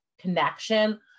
connection